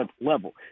level